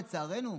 לצערנו,